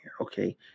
Okay